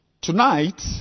tonight